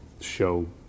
show